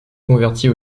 convertit